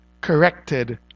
corrected